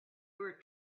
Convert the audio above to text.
were